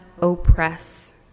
oppress